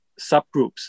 subgroups